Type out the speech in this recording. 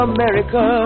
America